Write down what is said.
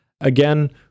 Again